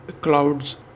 clouds